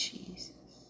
Jesus